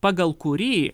pagal kurį